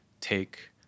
take